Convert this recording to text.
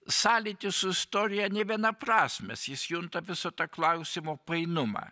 sąlytis su istorija nevienaprasmis jis junta visą tą klausimo painumą